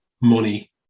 money